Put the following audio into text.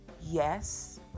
Yes